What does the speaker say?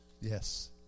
Yes